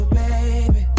baby